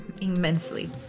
immensely